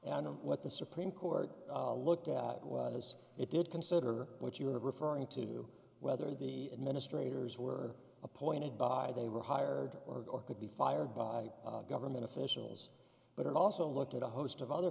and what the supreme court looked at was it did consider what you were referring to whether the administrators were appointed by they were hired or go or could be fired by government officials but also looked at a host of other